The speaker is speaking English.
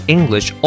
English